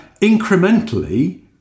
incrementally